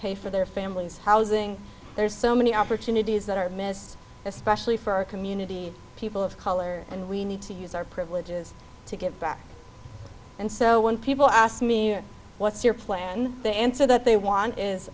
pay for their family's housing there are so many opportunities that are missed especially for our community people of color and we need to use our privileges to get back and so when people asked me what's your plan the answer that they want is